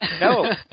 No